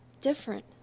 different